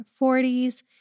40s